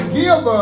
give